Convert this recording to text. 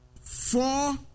four